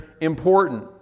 important